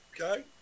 Okay